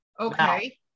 Okay